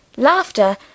Laughter